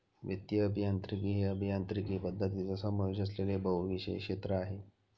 वित्तीय अभियांत्रिकी हे अभियांत्रिकी पद्धतींचा समावेश असलेले बहुविषय क्षेत्र आहे